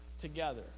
together